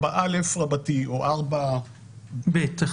4א רבתי או 4ב1